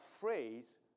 phrase